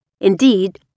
Indeed